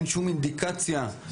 ואין שום אינדיקציה לפשע,